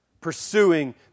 pursuing